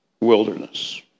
wilderness